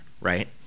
right